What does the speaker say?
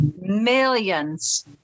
millions